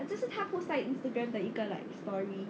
这是她 post 在 instagram 的一个 like story